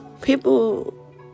People